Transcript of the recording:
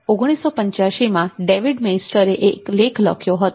૧૯૮૫માં David Maister એ એક લેખ લખ્યો હતો